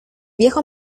viejo